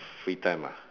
free time ah